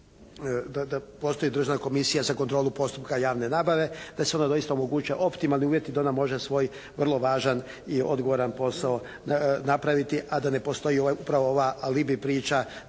da postoji Državna komisija za kontrolu postupka javne nabave da se onda doista omoguće optimalni uvjeti da ona može svoj vrlo važan i odgovoran posao napraviti a da ne postoji upravo alibi priča